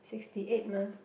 sixty eight mah